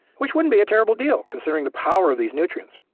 which wouldn't be a terrible deal considering the power of these nutrient.